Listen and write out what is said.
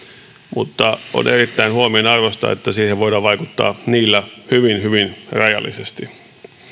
mutta on erittäin huomionarvoista että siihen voidaan vaikuttaa niillä hyvin hyvin rajallisesti